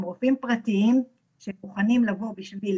הם רופאים פרטיים שמוכנים לבוא בשביל